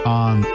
on